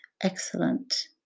excellent